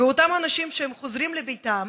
ואותם האנשים, כשהם חוזרים לביתם,